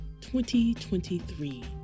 2023